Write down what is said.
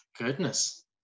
Goodness